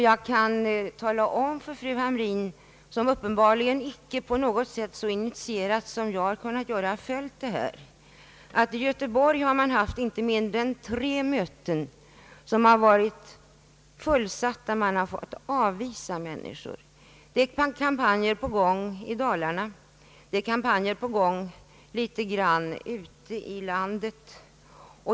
Jag kan tala om för fru Hamrin, som tydligen inte såsom jag kunnat följa denna fråga, att man i Göteborg har haft inte mindre än tre möten, som varit så fullsatta att man har fått avvisa människor. Det är också ett par kampanjer i gång i Dalarna och på andra håll ute i landet.